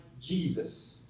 Jesus